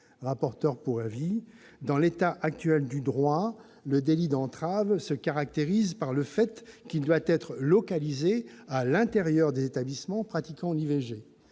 rapporteur pour avis, dans l'état actuel du droit, le délit d'entrave se caractérise par le fait qu'il doit être localisé à l'intérieur des établissements pratiquant l'IVG.